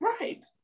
Right